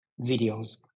videos